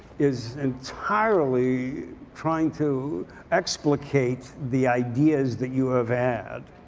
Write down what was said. is entirely trying to explicate the ideas that you have had.